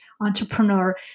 entrepreneur